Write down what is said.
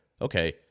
okay